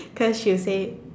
cause she'll say